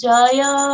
Jaya